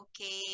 okay